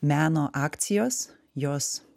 meno akcijos jos